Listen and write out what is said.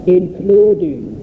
including